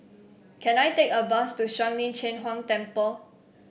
can I take a bus to Shuang Lin Cheng Huang Temple